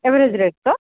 average rate ତ